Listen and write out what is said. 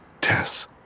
Tess